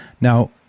Now